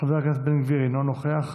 חבר הכנסת בן גביר, אינו נוכח,